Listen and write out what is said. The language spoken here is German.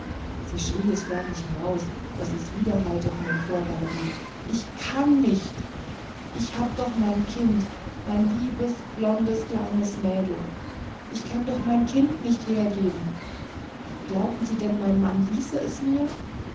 sie schrie es förmlich heraus daß es widerhallte von den chorgalerien ich kann nicht ich hab doch mein kind mein liebes blondes kleines mädel ich kann doch mein kind nicht hergeben glauben sie denn mein mann ließe es mir